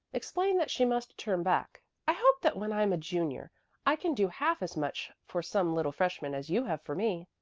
explained that she must turn back. i hope that when i'm a junior i can do half as much for some little freshman as you have for me.